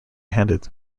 handed